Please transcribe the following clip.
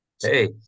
Hey